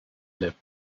lived